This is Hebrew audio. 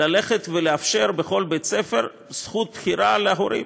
לאפשר בכל בית-ספר זכות בחירה להורים,